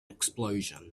explosion